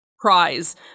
prize